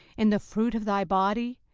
in the fruit of thy body,